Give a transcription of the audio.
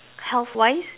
health wise